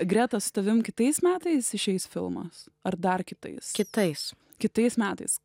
greta su tavim kitais metais išeis filmas ar dar kitais kitais kitais metais